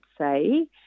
say